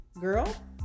girl